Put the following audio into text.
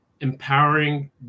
empowering